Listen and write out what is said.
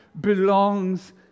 belongs